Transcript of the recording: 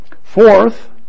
fourth